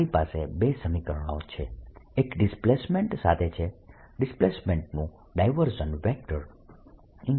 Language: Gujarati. મારી પાસે બે સમીકરણો છે એક ડિસ્પ્લેસમેન્ટ સાથે છે ડિસ્પ્લેસમેન્ટનું ડાયવર્જન્સ